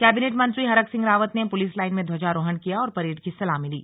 cabinet मंत्री हरक सिंह रावत ने police line में ध्वजारोहण किया और परेड की सलामी ली